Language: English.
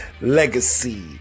Legacy